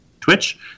Twitch